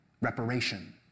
reparation